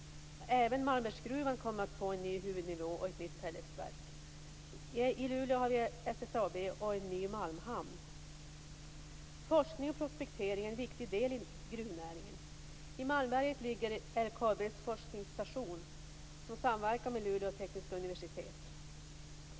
Även Malmbergsgruvan kommer att få en ny huvudnivå och ett nytt pelletsverk. I Luleå har vi SSAB och en ny malmhamn. Forskning och prospektering är en viktig del i gruvnäringen. I Malmberget ligger LKAB:s forskningsstation, som samverkar med Luleå tekniska universitet.